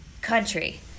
country